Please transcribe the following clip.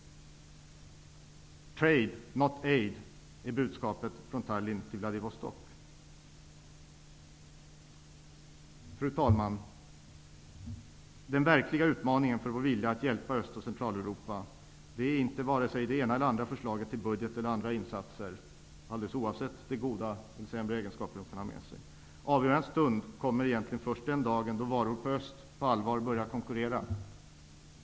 ''Trade, not aid'', är budskapet från Tallinn till Den verkliga utmaningen för vår vilja att hjälpa Öst och Centraleuropa är inte vare sig det ena eller andra förslaget till budget eller några andra insatser, alldeles oavsett de goda, eller sämre, egenskaper de kan ha. Avgörandets stund kommer egentligen först den dag då varor från öst på allvar börjar konkurrera.